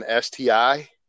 STI